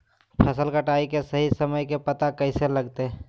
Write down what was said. फसल कटाई के सही समय के पता कैसे लगते?